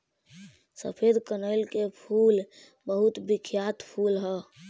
सफेद कनईल के फूल बहुत बिख्यात फूल ह